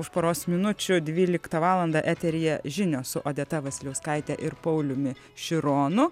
už poros minučių dvyliktą valandą eteryje žinios su odeta vasiliauskaite ir pauliumi šironu